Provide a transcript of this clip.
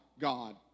God